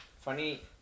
funny